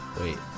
Wait